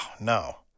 no